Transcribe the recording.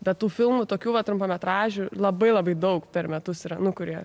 be tų filmų tokių va trumpametražių labai labai daug per metus yra nu kurie